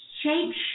shape